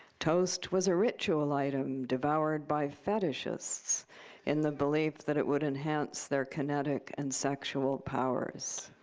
toast was a ritual item devoured by fetishists in the belief that it would enhance their kinetic and sexual powers.